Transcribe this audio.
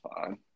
fine